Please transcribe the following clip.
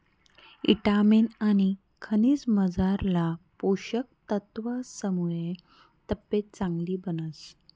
ईटामिन आनी खनिजमझारला पोषक तत्वसमुये तब्येत चांगली बनस